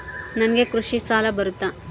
ನನಗೆ ಕೃಷಿ ಸಾಲ ಬರುತ್ತಾ?